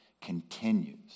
continues